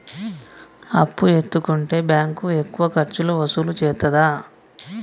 అప్పు ఎత్తుకుంటే బ్యాంకు ఎక్కువ ఖర్చులు వసూలు చేత్తదా?